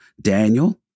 Daniel